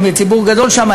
שהם ציבור גדול שם,